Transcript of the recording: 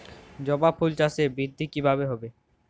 জবা ফুল চাষে বৃদ্ধি কিভাবে হবে?